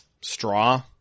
straw